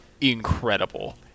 incredible